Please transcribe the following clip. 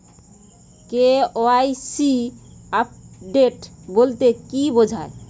KYC update বলতে কি বোঝায়?